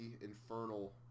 Infernal